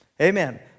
Amen